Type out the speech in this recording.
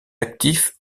actif